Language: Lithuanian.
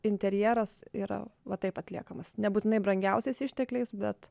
interjeras yra va taip atliekamas nebūtinai brangiausiais ištekliais bet